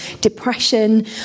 depression